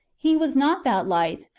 he was not that light,